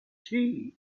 tea